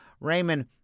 Raymond